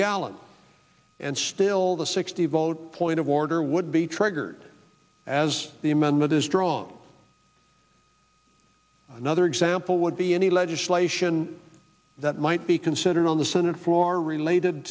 gallon and still the sixty vote point of order would be triggered as the man with a strong another example would be any legislation that might be considered on the senate floor related